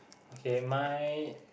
okay my